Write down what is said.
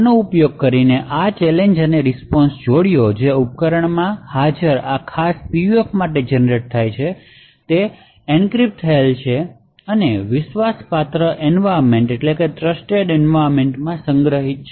આનો ઉપયોગ કરીને આ ચેલેંજ અને રીસ્પોન્શ જોડીઓ જે ઉપકરણમાં હાજર આ ખાસ PUF માટે જનરેટ થાય છે તે એન્ક્રિપ્ટ થયેલ છે અને વિશ્વાસપાત્ર એનવાયરમેંટમાં સંગ્રહિત છે